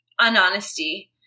unhonesty